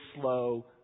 slow